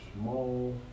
small